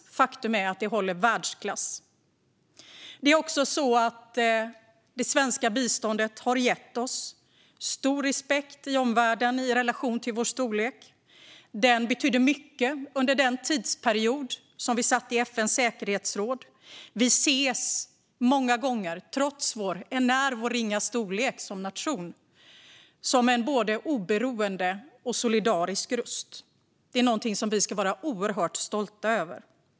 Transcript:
Faktum är att det håller världsklass. Det svenska biståndet har också gett oss stor respekt i omvärlden i relation till vår storlek. Den respekten betydde mycket under den tidsperiod då vi satt i FN:s säkerhetsråd. Vi ses många gånger, trots vår ringa storlek som nation, som en både oberoende och solidarisk röst. Det är någonting som vi ska vara oerhört stolta över.